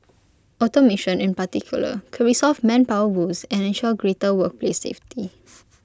automation in particular could resolve manpower woes and ensure greater workplace safety